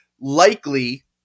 likely